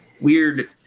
weird